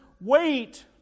wait